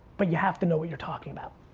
but you have to know what you're talking about.